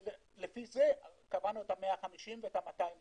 ולפי זה קבענו את ה-150 ואת ה-200 לתמר.